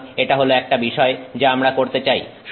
সুতরাং এটা হল একটা বিষয় যা আমরা করতে চাই